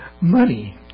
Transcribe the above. money